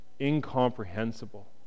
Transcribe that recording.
incomprehensible